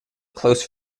close